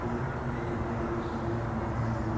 के प्रक्रिया में समय लगऽ हई